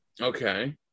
Okay